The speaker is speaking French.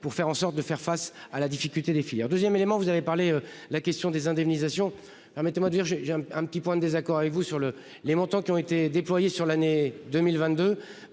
pour faire en sorte de faire face à la difficulté des filières 2ème élément. Vous avez parlé. La question des indemnisations. Permettez-moi de dire j'ai j'ai un petit point de désaccord avec vous sur le les montants qui ont été déployés sur l'année 2022